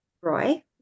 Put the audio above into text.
Roy